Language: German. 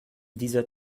dieser